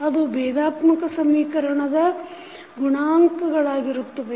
ಅದು ಭೇದಾತ್ಮಕ ಸಮೀಕರಣದ ಗುಣಾಂಕ ಗಳಾಗಿರುತ್ತದೆ